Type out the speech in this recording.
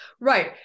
Right